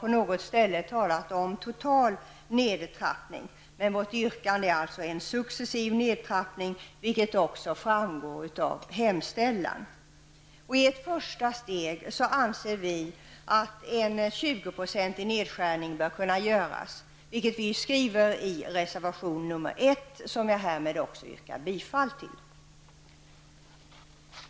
På något ställe talar vi om en total nedtrappning. Men vårt yrkande handlar alltså om en successiv nedtrappning, vilket framgår av hemställan. I ett första steg, anser vi, bör en nedskärning med 20 % kunna göras. Detta skriver vi i reservation nr 1, som jag härmed yrkar bifall till.